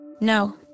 No